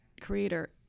creator